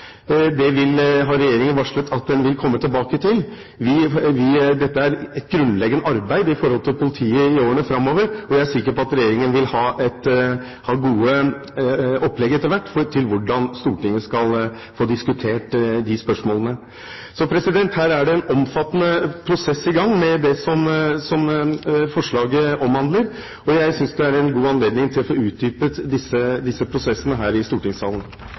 Det har regjeringen varslet at den vil komme tilbake til. Dette er et grunnleggende arbeid når det gjelder politiet i årene framover, og jeg er sikker på at regjeringen vil ha gode opplegg etter hvert for hvordan Stortinget skal få diskutert de spørsmålene. Her er det en omfattende prosess i gang med det som forslaget omhandler, og jeg synes det er en god anledning til å få utdypet disse prosessene her i stortingssalen.